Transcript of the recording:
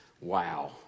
Wow